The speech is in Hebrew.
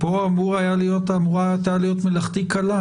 פה אמורה הייתה להיות מלאכתי קלה.